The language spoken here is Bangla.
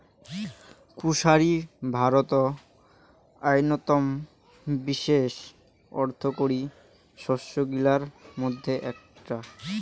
কুশারি ভারতত অইন্যতম বিশেষ অর্থকরী শস্য গিলার মইধ্যে এ্যাকটা